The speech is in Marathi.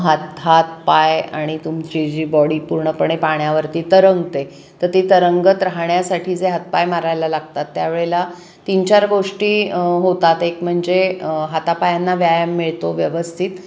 हात हातपाय आणि तुमची जी बॉडी पूर्णपणे पाण्यावरती तरंगते तर ती तरंगत राहण्यासाठी जे हातपाय मारायला लागतात त्या वेळेला तीन चार गोष्टी होतात एक म्हणजे हातापायांना व्यायाम मिळतो व्यवस्थित